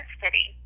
city